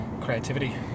creativity